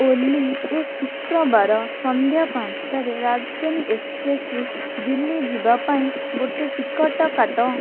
ଓଲ୍ଲୀ ଏଇ ଶୁକ୍ରବାର ସନ୍ଧ୍ୟା ପାଞ୍ଚଟାରେ ରାଜଧାନୀ ଏକ୍ସପ୍ରେସ୍ରେ ଦିଲ୍ଲୀ ଯିବାପାଇଁ ଗୋଟେ ଟିକେଟ୍ କାଟ